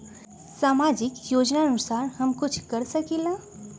सामाजिक योजनानुसार हम कुछ कर सकील?